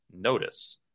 Notice